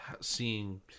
seeing